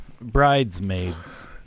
Bridesmaids